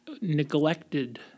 neglected